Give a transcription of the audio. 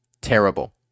terrible